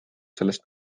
sellest